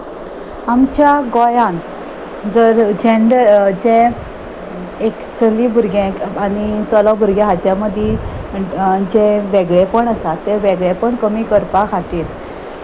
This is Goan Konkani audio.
आमच्या गोंयांत जर जेंडर जें एक चली भुरगें आनी चलो भुरगें हाच्या मदीं जें वेगळेपण आसा तें वेगळेपण कमी करपा खातीर